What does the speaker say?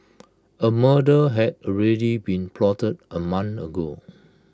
A murder had already been plotted A month ago